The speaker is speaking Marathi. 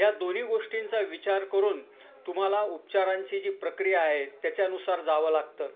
या दोन्ही गोष्टींचा विचार करून तुम्हाला उपचारांची जी प्रक्रिया आहे त्याच्यानुसार जावं लागतं